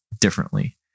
differently